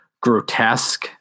grotesque